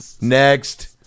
Next